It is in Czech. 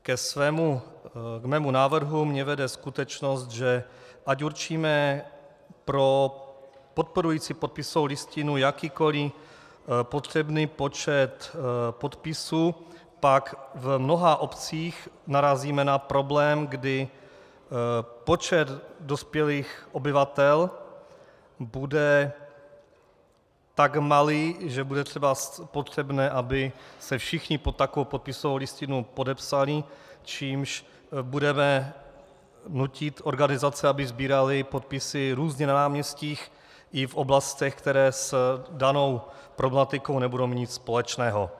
K mému návrhu mě vede skutečnost, že ať určíme pro podporující podpisovou listinu jakýkoliv potřebný počet podpisů, pak v mnoha obcích narazíme na problém, kdy počet dospělých obyvatel bude tak malý, že bude třeba potřebné, aby se všichni pod takovou podpisovou listinu podepsali, čímž budeme nutit organizace, aby sbíraly podpisy různě na náměstích i v oblastech, které s danou problematikou nebudou mít nic společného.